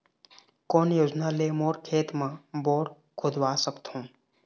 कोन योजना ले मोर खेत मा बोर खुदवा सकथों?